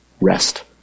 rest